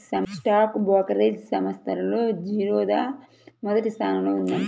stock brokerage సంస్థల్లో జిరోదా మొదటి స్థానంలో ఉందంట